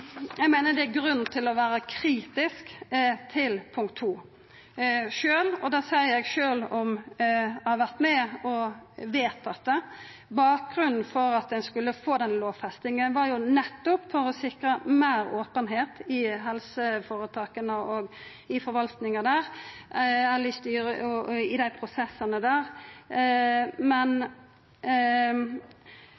å vedta det. Bakgrunnen for at ein skulle få den lovfestinga, var nettopp for å sikra meir openheit i helseføretaka og i forvaltinga og i prosessane der. Men eg er ikkje sikker på at den endringa har